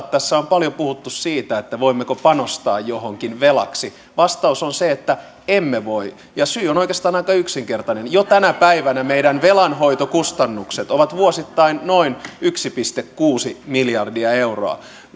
tässä on paljon puhuttu siitä voimmeko panostaa johonkin velaksi vastaus on se että emme voi syy on oikeastaan aika yksinkertainen jo tänä päivänä meidän velanhoitokustannukset ovat vuosittain noin yksi pilkku kuusi miljardia euroa